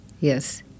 Yes